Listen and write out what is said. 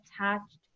attached